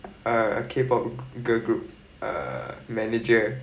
a K pop girl group err manager